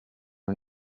nel